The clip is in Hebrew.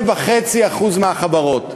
98.5% מהחברות,